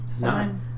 nine